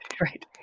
Right